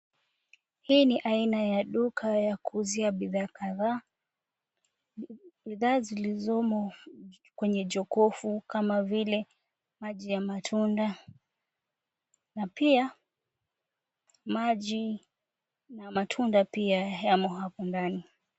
Hii ni aina ya duka ya kuuzia bidhaa kadhaa. Bidhaa zilizomo kwenye jokofu kama vile maji ya matunda na pia maji na matunda pia yamo hapo ndani.